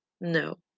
No